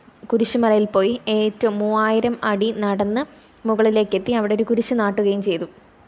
കുരിശുമലയില് പോയി ഏറ്റവും മൂവായിരം അടി നടന്ന് മുകളിലേക്കെത്തി അവിടെയൊരു കുരിശു നാട്ടുകയും ചെയ്തു